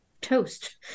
toast